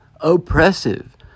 oppressive